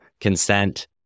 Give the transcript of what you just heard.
consent